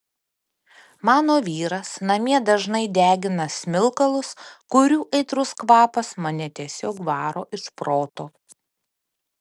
mano vyras namie dažnai degina smilkalus kurių aitrus kvapas mane tiesiog varo iš proto